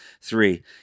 three